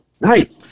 Nice